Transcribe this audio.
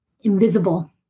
invisible